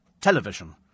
television